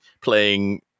playing